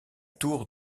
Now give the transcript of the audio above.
tour